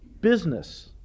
business